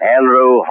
Andrew